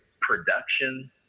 production